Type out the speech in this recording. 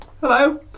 hello